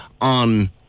on